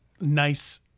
nice